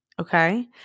okay